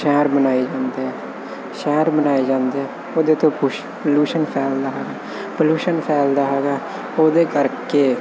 ਸ਼ਹਿਰ ਬਣਾਏ ਜਾਂਦੇ ਆ ਸ਼ਹਿਰ ਬਣਾਏ ਜਾਂਦੇ ਆ ਉਹਦੇ ਤੋਂ ਕੁਝ ਪੋਲੂਸ਼ਨ ਫੈਲਦਾ ਪੋਲਊਸ਼ਨ ਫੈਲਦਾ ਹੈਗਾ ਉਹਦੇ ਕਰਕੇ